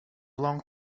long